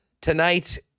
tonight